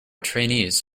trainees